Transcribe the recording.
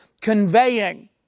conveying